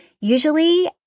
Usually